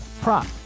prop